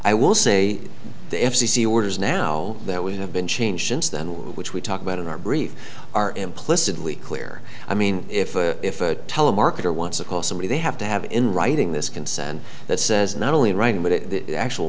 i will say the f c c orders now that we have been changed since then which we talk about in our brief are implicitly clear i mean if if a telemarketer wants to call somebody they have to have in writing this can send that says not only in writing but it actual